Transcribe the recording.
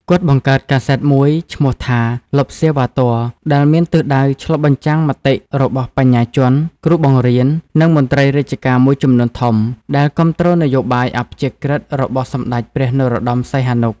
គាត់បង្កើតកាសែតមួយឈ្មោះថា "ឡុបស៊ែរវ៉ាទ័រ" ដែលមានទិសដៅឆ្លុះបញ្ចាំងមតិរបស់បញ្ញាជន គ្រូបង្រៀន និងមន្រ្តីរាជការមួយចំនួនធំ ដែលគាំទ្រនយោបាយអព្យាក្រឹតរបស់សម្តេចព្រះ នរោត្តម សីហនុ។